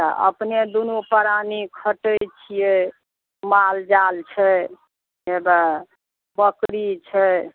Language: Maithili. तऽ अपने दुनू प्राणी खटै छिए माल जाल छै हेबए बकरी छै